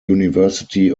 university